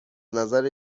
نظر